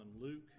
Luke